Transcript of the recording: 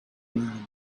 man